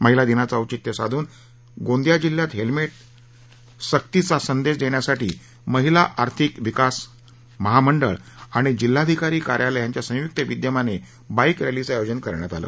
महिलां दिनाचे औचित्य साधून गोंदिया जिल्ह्यात हेल्मेट सक्तीचा संदेश देण्यासाठी महिला आर्थिक विकास महामंडळ आणि जिल्हाधिकारी कार्यालय यांच्या संयुक्त विद्यमाने बाईक रॅलीचं आयोजन करण्यात आलं